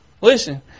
Listen